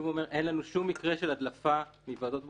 אין לנו שום מקרה של הדלפה מוועדות בוחנים,